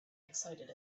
excited